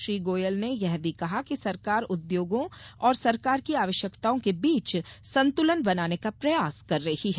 श्री गोयल ने यह भी कहा कि सरकार उद्योगों और सरकार की आवश्यकताओं के बीच संतुलन बनाने का प्रयास कर रही है